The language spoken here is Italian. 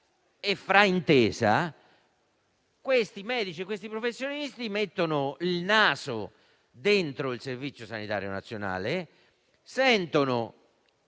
e fraintesa, questi medici e professionisti mettono il naso dentro il Servizio sanitario nazionale, sentono